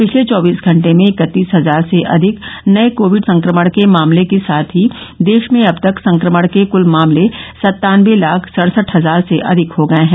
पिछले चौबीस घंटे में इकतीस हजार से अधिक नए कोविड संक्रमण के मामले के साथ ही देश में अब तक संक्रमण के कृल मामले सत्तानवे लाख सड़सठ हजार से अधिक हो गए हैं